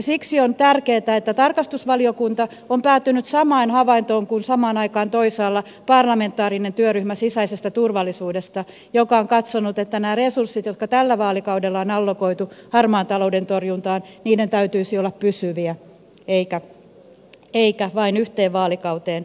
siksi on tärkeätä että tarkastusvaliokunta on päätynyt samaan havaintoon kuin samaan aikaan toisaalla parlamentaarinen työryhmä sisäisestä turvallisuudesta joka on katsonut että näiden resurssien jotka tällä vaalikaudella on allokoitu harmaan talouden torjuntaan täytyisi olla pysyviä eikä vain yhteen vaalikauteen sidottuja